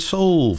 Soul